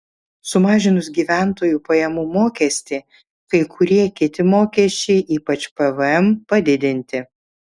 sumažinus gyventojų pajamų mokestį kai kurie kiti mokesčiai ypač pvm padidinti